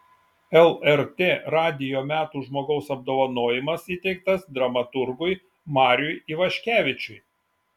lrt radijo metų žmogaus apdovanojimas įteiktas dramaturgui mariui ivaškevičiui